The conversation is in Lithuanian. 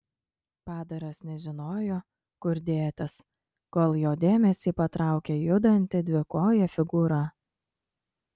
padaras nežinojo kur dėtis kol jo dėmesį patraukė judanti dvikojė figūra